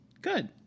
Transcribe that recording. Good